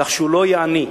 כך שהוא לא יהיה עני.